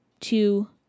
two